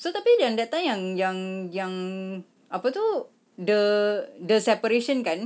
so tapi yang that time yang yang yang apa tu the the separation kan